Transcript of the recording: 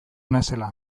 naizela